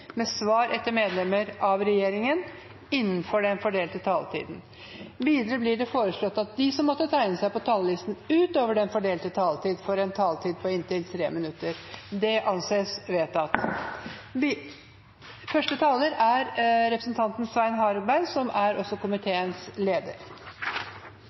med svar etter medlemmer av regjeringen innenfor den fordelte taletid. Videre blir det foreslått at de som måtte tegne seg på talerlisten utover den fordelte taletid, får en taletid på inntil 3 minutter. – Det anses vedtatt.